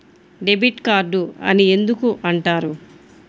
Debit card అని ఎందుకు అంటారు?